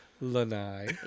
lanai